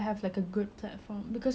every individual has its voice